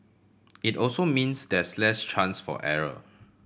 it also means there's less chance for error